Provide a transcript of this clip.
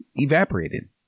evaporated